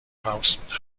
house